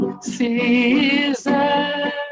season